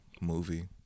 movie